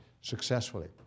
successfully